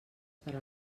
per